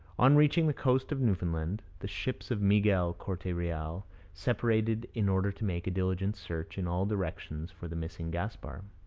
on reaching the coast of newfoundland, the ships of miguel corte-real separated in order to make a diligent search in all directions for the missing gaspar.